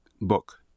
book